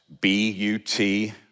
B-U-T